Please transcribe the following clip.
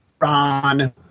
Ron